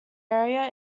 area